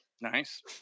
Nice